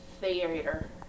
Theater